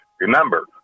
Remember